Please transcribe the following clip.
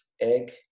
egg